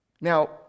Now